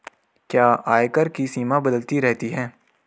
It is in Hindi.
क्या आयकर की सीमा बदलती रहती है?